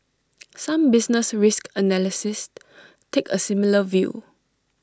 some business risk analysts take A similar view